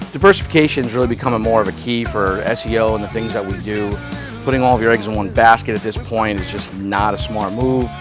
diversification has really become more of a key for seo and the things that we do putting all your eggs in one basket at this point it's just not a smart move.